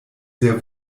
sehr